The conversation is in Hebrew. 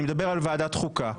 אני מדבר על ועדת חוקה.